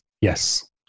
Yes